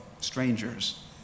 strangers